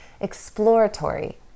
exploratory